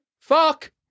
Fuck